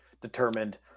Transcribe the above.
determined